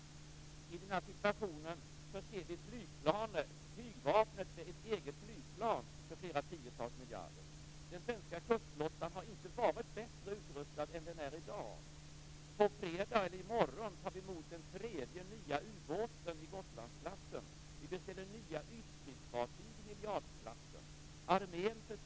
I den här situationen förser vi flygvapnet med ett eget flygplan för flera tiotals miljarder.